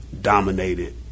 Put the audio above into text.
dominated